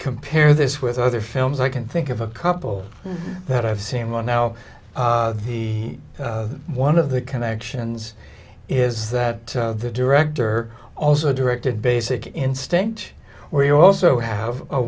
compare this with other films i can think of a couple that i've seen one now one of the connections is that the director also directed basic instinct where you also have a